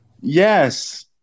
Yes